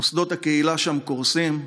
מוסדות הקהילה שם קורסים,